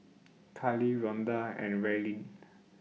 Kiley Ronda and Raelynn